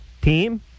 Team